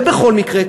ובכל מקרה,